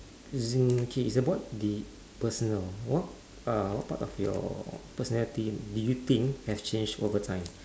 as in okay it's about the personal what uh part of your personality do you think have changed over time